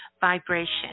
vibration